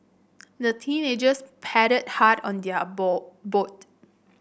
the teenagers paddled hard on their ball boat